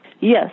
Yes